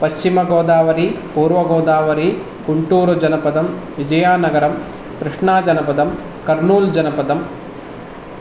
पश्चिमगोदावरि पूर्वगोदावरि गुण्टूरुजनपदं विजयानगरं कृष्णाजनपदं कर्नूल्जनपदम्